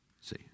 See